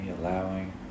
allowing